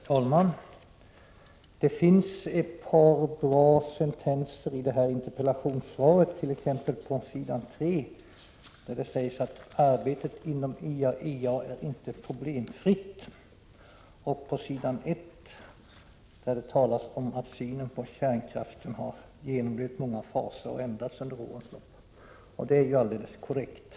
Herr talman! Det finns ett par bra sentenser i det här interpellationssvaret. Islutet av svaret sägs: ”Arbetet inom IAEA är inte problemfritt.” I början av svaret sägs att synen på kärnkraften har genomlöpt många faser och ändrats under årens lopp. Det är ju alldeles korrekt.